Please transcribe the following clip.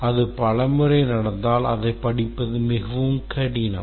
அது பல முறை நடந்தால் அதைப் படிப்பது மிகவும் கடினம்